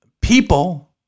people